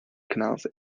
canals